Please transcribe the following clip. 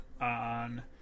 on